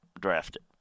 drafted